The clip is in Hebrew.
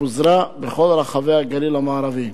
שפוזרה בכל רחבי הגליל המערבי.